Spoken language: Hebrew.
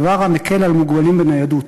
דבר המקל על מוגבלים בניידות.